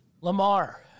Lamar